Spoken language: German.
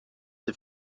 der